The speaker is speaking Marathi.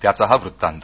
त्याचा हा वृत्तांत